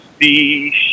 see